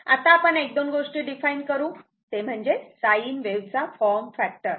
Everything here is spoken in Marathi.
आता आपण 12 गोष्टी डिफाइन करू ते म्हणजे साईन वेव्ह चा फॉर्म फॅक्टर